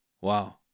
Wow